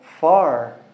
far